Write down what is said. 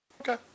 Okay